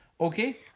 Okay